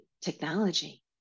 technology